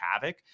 havoc